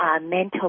mental